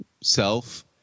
self